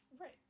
Right